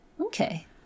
okay